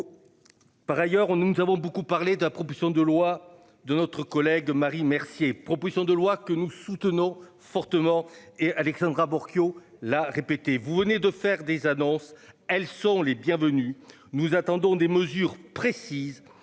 Par ailleurs on nous avons beaucoup parlé d'un propulsion de loi de notre collègue Marie Mercier, proposition de loi que nous soutenons fortement et Alexandra Bourgeot la répéter, vous venez de faire des annonces, elles sont les bienvenues. Nous attendons des mesures précises.